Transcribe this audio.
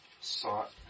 sought